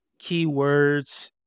keywords